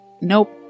Nope